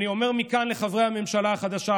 אני אומר מכאן לחברי הממשלה החדשה,